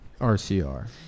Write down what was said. RCR